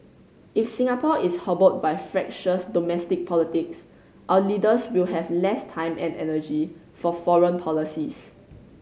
if Singapore is hobbled by fractious domestic politics our leaders will have less time and energy for foreign policies